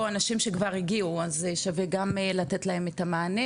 אנשים שכבר הגיעו אז שווה גם לתת להם את המענה,